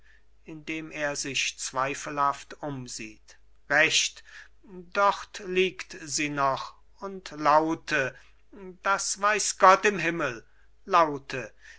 indem er sich zweifelhaft umsieht recht dort liegt sie noch und laute das weiß gott im himmel laute